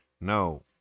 No